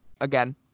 again